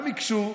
גם הקשו,